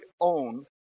own